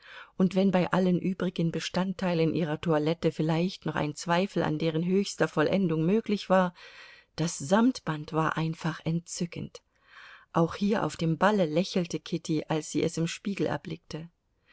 und wenn bei allen übrigen bestandteilen ihrer toilette vielleicht noch ein zweifel an deren höchster vollendung möglich war das samtband war einfach entzückend auch hier auf dem balle lächelte kitty als sie es im spiegel erblickte